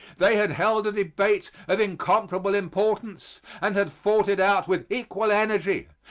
they had held a debate of incomparable importance and had fought it out with equal energy.